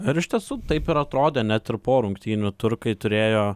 ir iš tiesų taip ir atrodė net ir po rungtynių turkai turėjo